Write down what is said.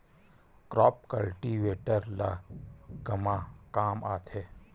Crop cultivator ला कमा काम आथे?